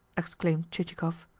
exclaimed chichikov.